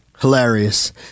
Hilarious